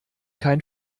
kein